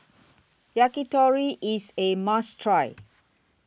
Yakitori IS A must Try